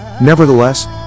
Nevertheless